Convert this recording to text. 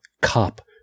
cop